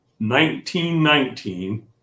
1919